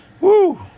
Woo